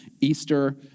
Easter